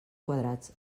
quadrats